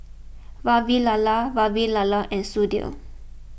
Vavilala Vavilala and Sudhir